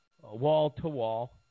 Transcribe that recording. wall-to-wall